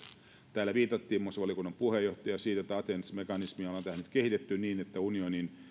täällä muun muassa valiokunnan puheenjohtaja viittasi siihen että athena mekanismia ollaan nyt kehitetty niin että unionin